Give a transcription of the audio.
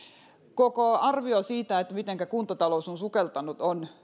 koko arvio siitä mitenkä kuntatalous on sukeltanut on